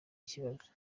ikibazo